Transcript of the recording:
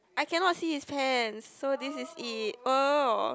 I cannot see his pants so this is it oh